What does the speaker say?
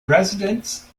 residents